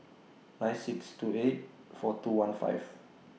nine six two eight four two one five